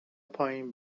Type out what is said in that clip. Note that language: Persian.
پایین